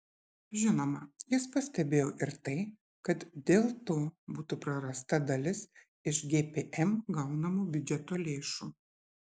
žinoma jis pastebėjo ir tai kad dėl to būtų prarasta dalis iš gpm gaunamų biudžeto lėšų